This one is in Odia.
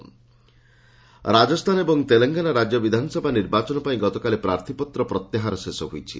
ଓଭରାଲ ଇଲେକ୍ସନ ରାଜସ୍ଥାନ ଏବଂ ତେଲେଙ୍ଗାନା ରାଜ୍ୟ ବିଧାନସଭା ନିର୍ବାଚନ ପାଇଁ ଗତକାଲି ପ୍ରାର୍ଥୀପତ୍ର ପ୍ରତ୍ୟାହାର ଶେଷ ହୋଇଛି